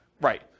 Right